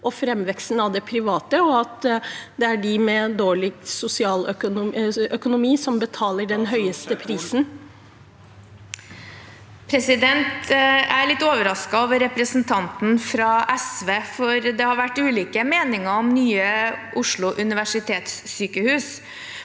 og framveksten av det private, og at det er de med dårligst økonomi som betaler den høyeste prisen? Statsråd Ingvild Kjerkol Jeg er litt over- rasket over representanten fra SV, for det har vært ulike meninger om nye Oslo universitetssykehus,